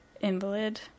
Invalid